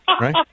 Right